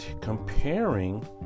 comparing